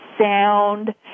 sound